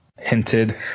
hinted